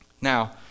Now